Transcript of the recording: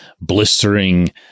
blistering